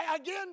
Again